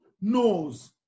knows